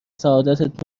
سعادتت